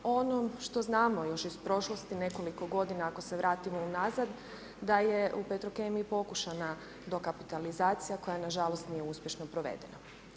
O onom što znamo još iz prošlosti nekoliko godina ako se vratimo unazad da je u Petrokemiji pokušana dokapitalizacija koja nažalost nije uspješno provedena.